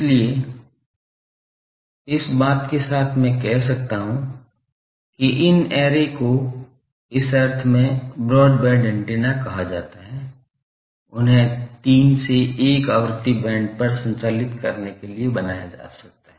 इसलिए इस बात के साथ मैं कह सकता हूं कि इन ऐरे को इस अर्थ में ब्रॉडबैंड एंटीना कहा जाता है उन्हें 3 से 1 आवृत्ति बैंड पर संचालित करने के लिए बनाया जा सकता है